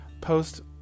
post